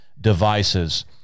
devices